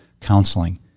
counseling